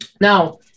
Now